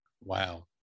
Wow